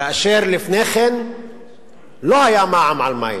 כאשר לפני כן לא היה מע"מ על מים,